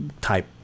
type